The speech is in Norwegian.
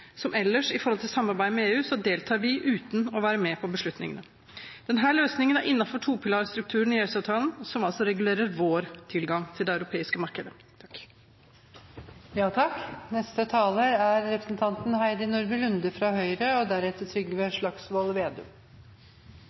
som ellers når det gjelder samarbeid med EU, deltar vi uten å være med på beslutningene. Denne løsningen er innenfor topilarstrukturen i EØS-avtalen, som altså regulerer vår tilgang til det europeiske markedet. Representanten Marit Arnstad påpekte at det er tre spørsmål som gjenstår som ubesvarte. Jeg er litt uenig i det, og